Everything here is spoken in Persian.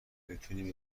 بتونی